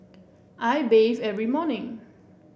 I bathe every morning